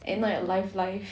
and like your life life